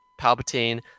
Palpatine